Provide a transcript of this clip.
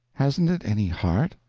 hasn't it any heart?